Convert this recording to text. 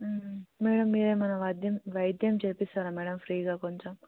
madam మీరు ఏమన్న వైద్యం వైద్యం చేస్తారా మ్యాడమ్ ఫ్రీగా కొంచెం